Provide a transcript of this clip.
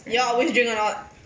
your always drink or not